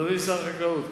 אדוני שר החקלאות,